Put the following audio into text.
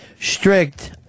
strict